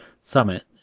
summit